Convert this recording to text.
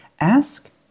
Ask